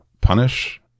punish